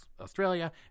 australia